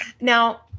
Now